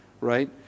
right